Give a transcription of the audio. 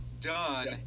done